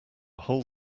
whole